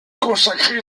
consacré